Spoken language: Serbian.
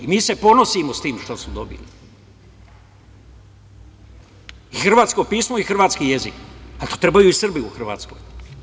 Mi se ponosimo sa time što smo dobili, i hrvatsko pismo i hrvatski jezik, to trebaju i Srbi u Hrvatskoj.